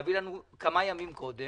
להביא לנו כמה ימים קודם,